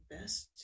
best